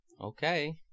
Okay